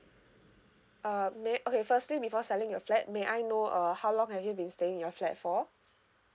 um may okay firstly before selling your flat may I know uh how long have you been staying in your flat for